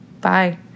Bye